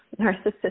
narcissistic